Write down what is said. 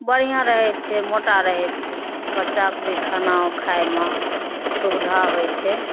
बढ़िआँ रहै छै मोटा रहै छै बच्चाके भी खाना ओ खाइमे सुविधा होइ छै